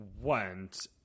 went